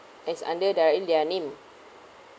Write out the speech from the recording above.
as under their in their name